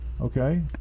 Okay